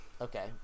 Okay